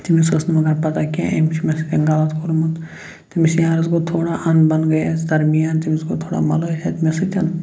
تٔمِس ٲس نہٕ مگر پَتہ کیٚنٛہہ أمۍ چھُ مےٚ سۭتۍ غلط کوٚرمُت تٔمِس یارَس گوٚو تھوڑا اَن بَن گٔے اسہِ درمیان تٔمِس گوٚو تھوڑا مےٚ سۭتۍ